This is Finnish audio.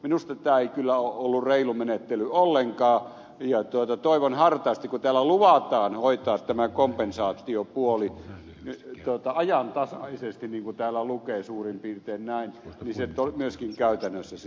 minusta tämä ei kyllä ole ollut reilu menettely ollenkaan ja toivon hartaasti että kun täällä luvataan hoitaa tämän kompensaatiopuoli ajantasaisesti niin kuin täällä lukee suurin piirtein näin niin se myöskin käytännössä se